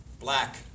black